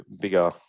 bigger